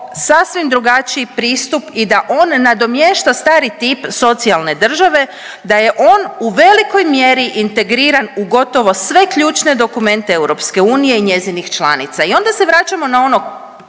sasvim drugačiji pristup i da on nadomješta stari tip socijalne države, da je on u velikoj mjeri integriran u gotovo sve ključne dokumente EU i njezinih članica. I onda se vraćamo na ono